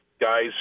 guys